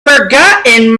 forgotten